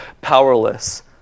powerless